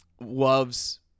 Loves